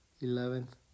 eleventh